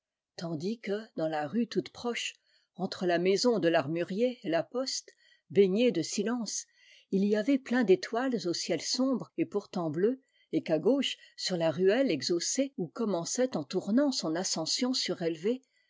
tandis que dans la rue toute proche entre la maison de l'armurier et la poste baignées de silence il y avait plein d'étoiles au ciel sombre et pourtant bleu et qu'à gauche sur la ruelle exhaussée où commençait en tournant son ascension surélevée